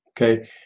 Okay